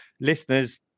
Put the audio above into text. listeners